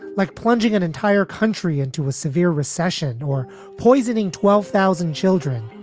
like plunging an entire country into a severe recession or poisoning twelve thousand children,